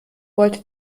wollte